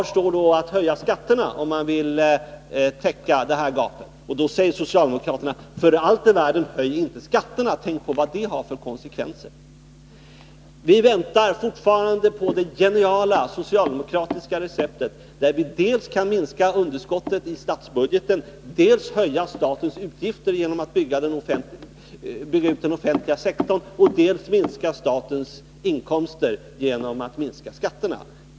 Återstår alltså att höja skatterna för att täcka gapet i finanserna. Men då säger socialdemokraterna: För allt i världen, höj inte skatterna! Tänk på vad det får för konsekvenser! Vi väntar fortfarande på det geniala socialdemokratiska receptet som gör att vi dels kan minska underskottet i statsbudgeten, dels höja statens utgifter genom att bygga ut den offentliga sektorn, dels minska statens inkomster genom att minska skatterna.